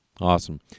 Awesome